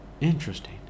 Interesting